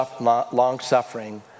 long-suffering